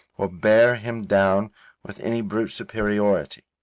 or bear him down with any brute superiority.